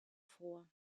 vor